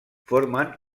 formen